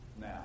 now